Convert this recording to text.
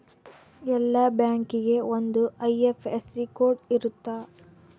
ಎಲ್ಲಾ ಬ್ಯಾಂಕಿಗೆ ಒಂದ್ ಐ.ಎಫ್.ಎಸ್.ಸಿ ಕೋಡ್ ಇರುತ್ತ